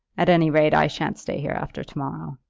at any rate i shan't stay here after to-morrow,